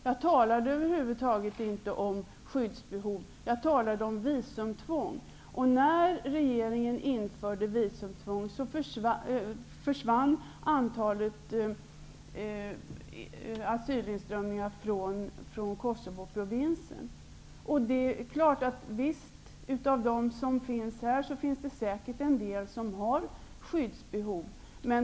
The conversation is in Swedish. Jag talade över huvud taget inte om skyddsbehov. Jag talade om visumtvång. När regeringen införde visumtvång minskade tillströmningen av asylsökande från Kosovoprovinsen. Av dem som finns här finns det säkert en del som har skyddsbehov.